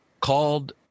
called –